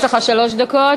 יש לך שלוש דקות.